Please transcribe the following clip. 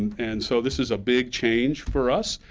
and so this is a big change for us.